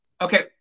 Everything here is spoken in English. Okay